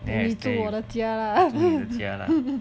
你住我的家 lah